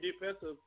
defensive